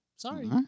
Sorry